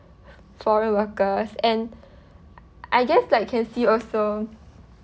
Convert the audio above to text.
foreign workers and I guess like can see also